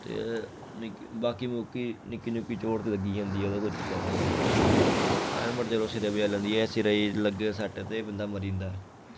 ते निक्की बाकी मुकी निक्की निक्की चोट ते लग्गी जंदी ऐ ओह्दा कोई चक्कर निं ऐ हेलमेट जेल्लै सिरै बचाई लैंदी ऐ सिरै गी लग्गे सट्ट ते एह् बंदा मरी जंदा ऐ